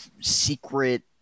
secret